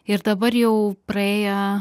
ir dabar jau praėję